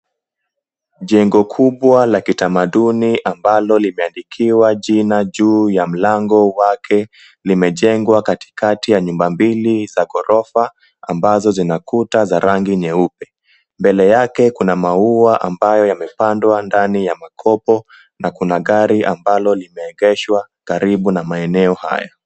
Jengo kubwa la kitamaduni ambalo limeandikiwa jina juu ya mlango wake, limejengwa katikati ya nyumba mbili za ghorofa ambazo zinakuta za rangi nyeupe. Mbele yake kuna maua ambayo yamepandwa ndani ya makopo na kuna gari ambalo limeegeshwa karibu na maeneo hayo.